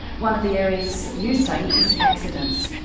one of the areas you study is accidents.